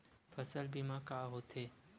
फसल बीमा का होथे?